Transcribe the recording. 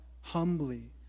humbly